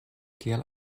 kiel